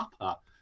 Upper